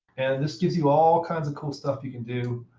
and this gives you all kinds of cool stuff you can do.